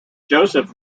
joseph